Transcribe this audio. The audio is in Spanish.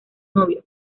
novio